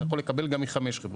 אתה יכול לקבל גם מחמש חברות.